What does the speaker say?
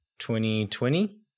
2020